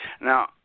Now